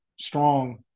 strong